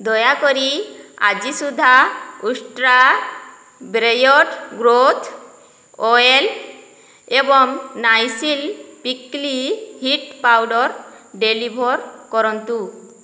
ଦୟାକରି ଆଜି ସୁଦ୍ଧା ଉଷ୍ଟ୍ରା ବେୟର୍ଡ଼ ଗ୍ରୋଥ୍ ଅଏଲ୍ ଏବଂ Nycil prickly heat powder deliver କରନ୍ତୁ